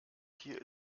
hier